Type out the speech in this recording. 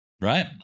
right